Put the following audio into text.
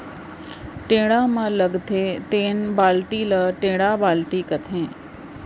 टेड़ा म लगथे तेन बाल्टी ल टेंड़ा बाल्टी कथें